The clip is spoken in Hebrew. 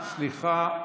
אימאן, סליחה,